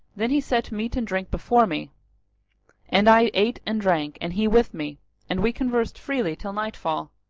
then he set meat and drink before me and i ate and drank and he with me and we conversed freely till night fall,